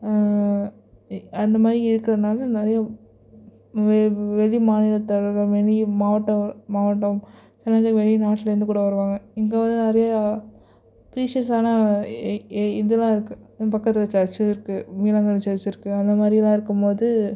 ஏ அந்த மாதிரி இருக்கிறதுனால நிறையா வெ வெளி மாநிலத்தவர்கள் வெளிய மாவட்டம் மாவட்டம் சிலது வெளி நாட்லேருந்து கூட வருவாங்க இங்கே வந்து நிறையா ப்ரீஷியஸ்ஸான இ இ இதெலாம் இருக்குது பக்கத்தில் சர்ச்சு இருக்குது மீனங்காடி சர்ச்சு இருக்குது அந்த மாதிரிலாம் இருக்கும் போது